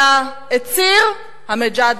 אלא את סיר המג'דרה.